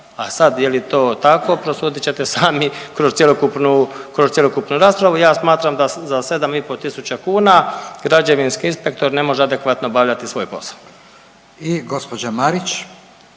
A sad, je li to tako, prosudit ćete sami kroz cjelokupni raspravu. Ja smatram da za 7,5 tisuća kuna građevinski inspektor ne može adekvatno obavljati svoj posao. **Radin, Furio